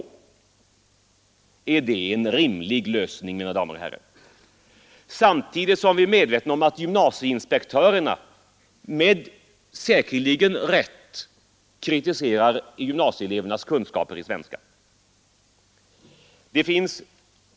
Är det en rimlig lösning, mina damer och herrar, samtidigt som vi är medvetna om att gymnasieinspektörerna — säkerligen med rätta — kritiserar gymnasieelevernas kunskaper i svenska?